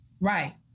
Right